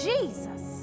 Jesus